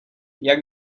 jak